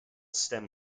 stem